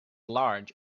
large